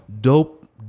dope